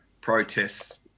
Protests